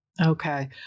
okay